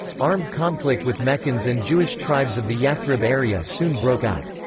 armed conflict with meccans and jewish tribes of the yathrib area soon broke out.